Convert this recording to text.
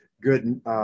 good